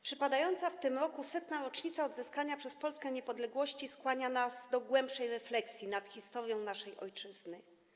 Przypadająca w tym roku 100. rocznica odzyskania przez Polskę niepodległości skłania nas do głębszej refleksji nad historią naszej ojczyzny.